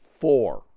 Four